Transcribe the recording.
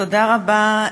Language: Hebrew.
תודה רבה,